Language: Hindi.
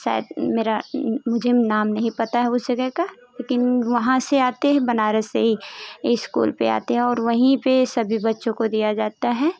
शायद मेरा मुझे नाम नहीं पता है उस जगह का लेकिन वहाँ से आते हैं बनारस से ही इस्कूल पर आते हैं और वहीं पर सभी बच्चों को दिया जाता है